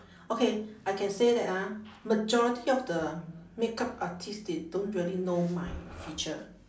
okay I can say that ah majority of the makeup artist they don't really know my feature